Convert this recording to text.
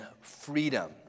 freedom